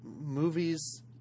movies